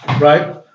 right